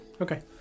Okay